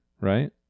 Right